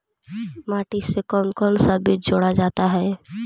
माटी से कौन कौन सा बीज जोड़ा जाता है?